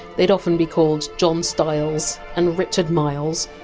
they! d often be called john stiles and richard miles,